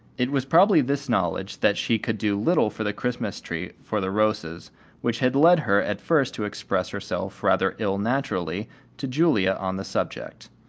it was probably this knowledge that she could do little for the christmas tree for the rosas which had led her at first to express herself rather ill-naturedly to julia on the subject.